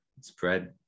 spread